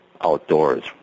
outdoors